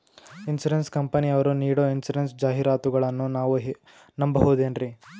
Insurance ಕಂಪನಿಯರು ನೀಡೋ insurance ಜಾಹಿರಾತುಗಳನ್ನು ನಾವು ನಂಬಹುದೇನ್ರಿ?